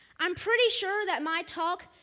i'm pretty sure that my talk,